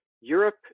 Europe